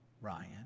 Ryan